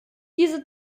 diese